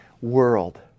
world